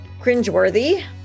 cringeworthy